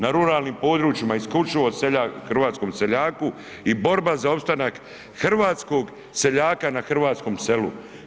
Na ruralnim područjima isključivo hrvatskom seljaku i borba za opstanak hrvatskog seljaka na hrvatskom selu.